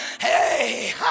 hey